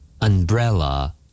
Umbrella